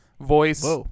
voice